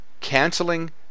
canceling